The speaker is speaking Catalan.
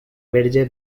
verge